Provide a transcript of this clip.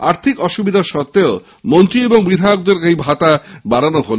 আর্থিক অসুবিধা সত্ত্বেও মন্ত্রী ও বিধায়কদের এই ভাতা বাড়ানো হল